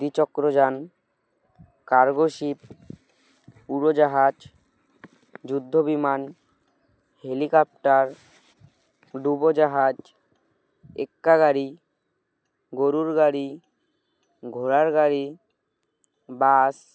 দ্বি চক্রযান cargo ship উড়োজাহাজ যুদ্ধ বিমান হেলিকপ্টার ডুবোজাহাজ এক্কাগাড়ি গরুর গাড়ি ঘোড়ার গাড়ি বাস